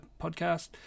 podcast